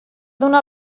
donar